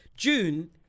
June